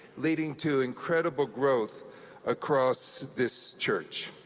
leading to incredible growth across this church.